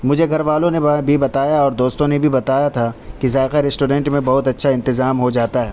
مجھے گھر والوں نے با بھی بتایا اور دوستوں نے بتایا تھا کہ ذائقہ ریسٹورنٹ میں بہت اچھا انتظام ہو جاتا ہے